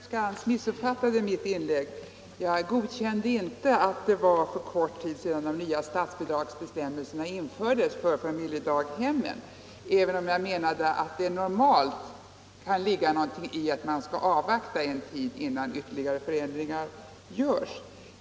Herr talman! Jag tror att fru Skantz missuppfattade mitt inlägg. Jag godkände inte att utskottet inte ville vidga de statsbidragsberättigade kostnaderna därför att så kort tid förflutit sedan nya skattebidragsbestämmelser infördes för familjedaghemmen. Jag menade att det normalt kan ligga någonting i att man skall avvakta en tid innan ytterligare förändringar görs.